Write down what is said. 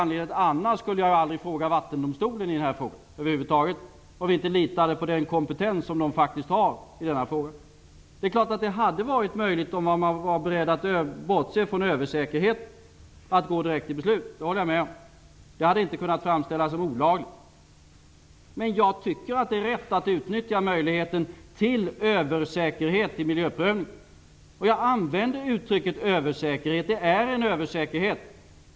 Om regeringen inte litade på den kompetens som Vattendomstolen faktiskt har i denna fråga, skulle vi ju över huvud taget inte vända oss till Vattendomstolen i det här ärendet. Om man hade varit beredd att bortse från översäkerheten hade det naturligtvis varit möjligt att gå direkt till beslut. Det håller jag med om. Det hade inte kunnat framställas som olagligt. Men jag tycker att det är rätt att utnyttja möjligheten till översäkerhet i miljöprövningen. Jag använder uttrycket ''översäkerhet''. Det är fråga om en översäkerhet.